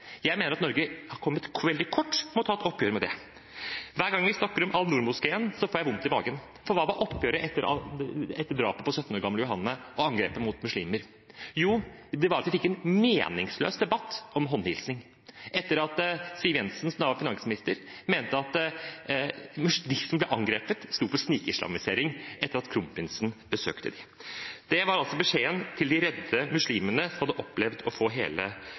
Jeg mener Norge har kommet veldig kort med å ta et oppgjør med det. Hver gang vi snakker om Al-Noor-moskeen, får jeg vondt i magen. For hva var oppgjøret etter drapet på 17 år gamle Johanne og angrepet mot muslimer? Jo, det var at vi fikk en meningsløs debatt om håndhilsing – etter at Siv Jensen, som da var finansminister, mente at de som ble angrepet, stod for snikislamisering, etter at kronprinsen besøkte dem. Det var altså beskjeden til de redde muslimene som hadde opplevd å få hele